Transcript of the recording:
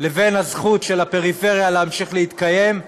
לבין הזכות של הפריפריה להמשיך להתקיים,